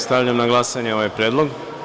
Stavljam na glasanje ovaj predlog.